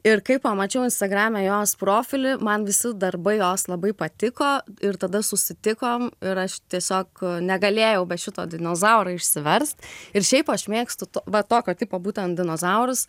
ir kai pamačiau instagrame jos profilį man visi darbai jos labai patiko ir tada susitikom ir aš tiesiog negalėjau be šito dinozauro išsiverst ir šiaip aš mėgstu va tokio tipo būtent dinozaurus